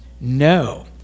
No